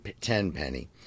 Tenpenny